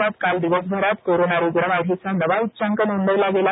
देशात काल दिवसभरात कोरोना रुग्ण वाढीचा नवा उच्चांक नोंदवला गेला